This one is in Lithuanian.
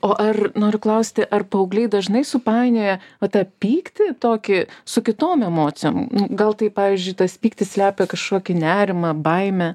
o ar noriu klausti ar paaugliai dažnai supainioja va tą pyktį tokį su kitom emocijom gal tai pavyzdžiui tas pyktis slepia kažkokį nerimą baimę